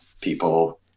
people